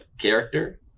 Character